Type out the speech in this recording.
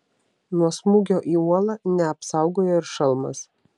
nuo smūgio į uolą neapsaugojo ir šalmas